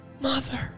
Mother